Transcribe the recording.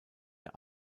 der